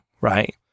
right